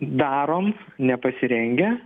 darom nepasirengę